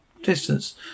distance